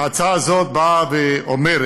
ההצעה הזאת באה ואומרת,